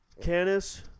Canis